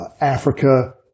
Africa